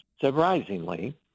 surprisingly